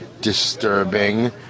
disturbing